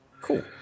Cool